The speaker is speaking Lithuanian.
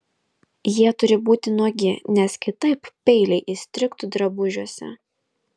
jie turi būti nuogi nes kitaip peiliai įstrigtų drabužiuose